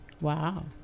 Wow